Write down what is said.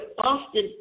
often